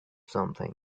something